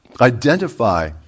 Identify